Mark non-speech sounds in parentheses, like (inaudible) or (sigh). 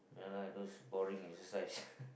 yeah lah those boring exercise (laughs)